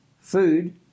food